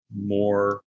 more